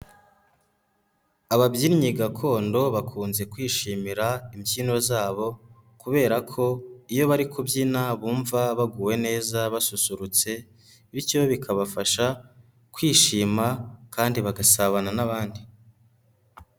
Ababyinnyi gakondo bakunze kwishimira imbyino zabo kubera ko iyo bari kubyina bumva baguwe neza basusurutse, bityo bikabafasha kwishima kandi bagasabana n'abandi.